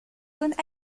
zones